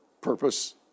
purpose